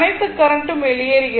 அனைத்து கரண்ட் ம் வெளியேறுகிறது